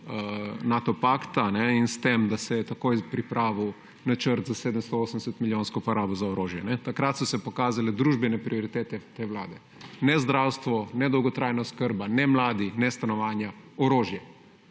Nato pakta in s tem, da se je takoj pripravil načrt za 780-milijonsko porabo za orožje. Takrat so se pokazale družbene prioritete te vlade. Ne zdravstvo, ne dolgotrajna oskrba, ne mladi, ne stanovanja, ampak